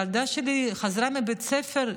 הילדה שלי חזרה מבית ספר,